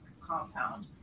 compound